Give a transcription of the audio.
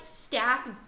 staff